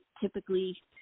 typically